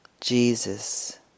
Jesus